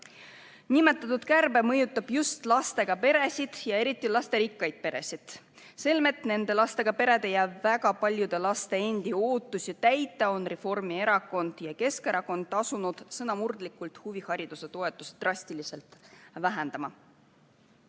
Nimetatud kärbe mõjutab just lastega peresid ja eriti lasterikkaid peresid. Selmet nende lastega perede ja väga paljude laste endi ootusi täita, on Reformierakond ja Keskerakond asunud sõnamurdlikult huvihariduse toetust drastiliselt vähendama.